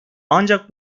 ancak